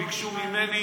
ביקשו ממני,